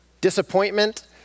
disappointment